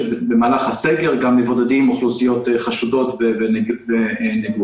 שבמהלך הסגר גם מבודדים אוכלוסיות חשודות ונגועות.